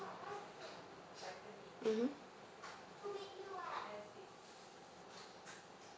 mmhmm